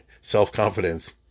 self-confidence